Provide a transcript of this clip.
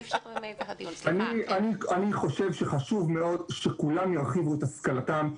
אני חושב שחשוב מאוד, שכולם ירחיבו את השכלתם.